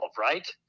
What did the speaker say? right